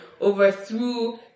overthrew